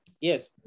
Yes